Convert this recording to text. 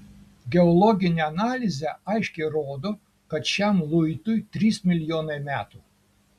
geologinė analizė aiškiai rodo kad šiam luitui trys milijonai metų